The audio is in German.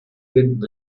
finden